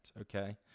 Okay